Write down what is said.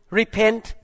repent